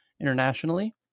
internationally